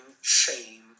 shame